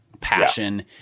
passion